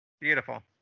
beautiful